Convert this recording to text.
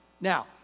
Now